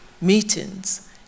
meetings